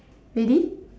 ready